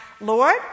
Lord